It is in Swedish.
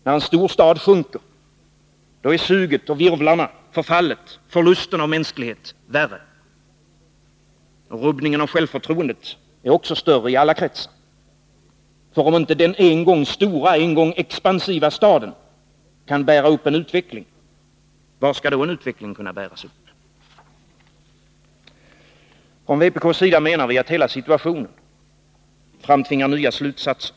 När en stor stad sjunker blir suget och virvlarna samt förfallet och även förlusterna av mänsklighet värre. Rubbningen av självförtroendet är också större i alla kretsar —ty om inte den stora, expansiva staden kan bära upp en utveckling, var skall då en utveckling kunna bäras upp? Vi från vpk menar att hela situationen framtvingar nya slutsatser.